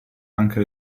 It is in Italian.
anche